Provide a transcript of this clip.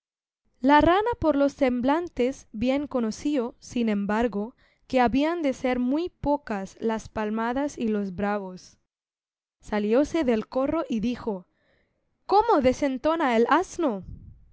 la rana por los semblantes bien conoció sin embargo que habían de ser muy pocas las palmadas y los bravos salióse del corro y dijo cómo desentona el asno